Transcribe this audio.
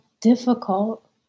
difficult